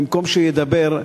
במקום שידבר,